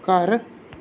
ਘਰ